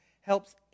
helps